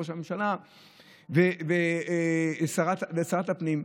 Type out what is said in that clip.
ראש הממשלה ושרת הפנים,